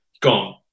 gone